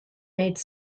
made